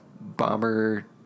bomber